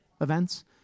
events